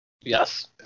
Yes